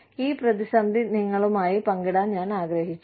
ഈ പ്രതിസന്ധി നിങ്ങളുമായി പങ്കിടാൻ ഞാൻ ആഗ്രഹിച്ചു